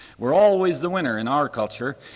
we're always the winner in our culture.